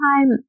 time